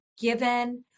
given